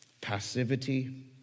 passivity